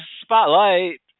Spotlight